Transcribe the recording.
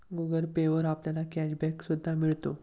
Google Pay वर आपल्याला cashback सुद्धा मिळतो